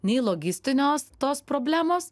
nei logistinės tos problemos